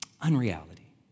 Unreality